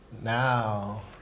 now